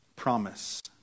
promise